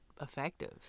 effective